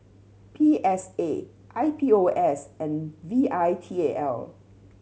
P S A I P O S and V I T A L